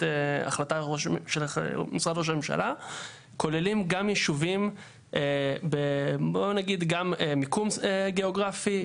החלטה של משרד ראש הממשלה כוללים גם יישובים בואו נגיד גם מיקום גיאוגרפי,